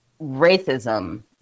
racism